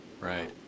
right